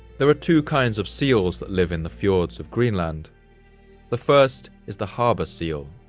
there are two kinds of seals that live in the fjords of greenland the first is the harbour seal,